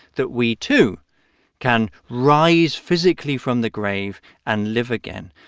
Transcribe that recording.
that we too can rise physically from the grave and live again.